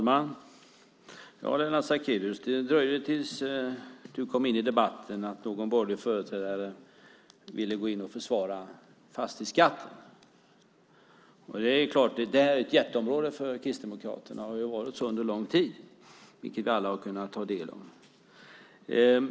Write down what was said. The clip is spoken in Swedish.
Fru talman! Det dröjde tills du kom in i debatten innan någon borgerlig företrädare ville försvara fastighetsskatten. Det är klart att detta är ett jättestort område för Kristdemokraterna och har varit det under en lång tid, vilket alla har kunnat ta del av.